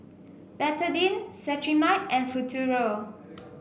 Betadine Cetrimide and Futuro